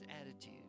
attitude